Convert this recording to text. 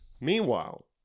Meanwhile